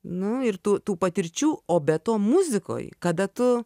nu ir tų tų patirčių o be to muzikoj kada tu